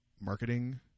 marketing